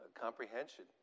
comprehension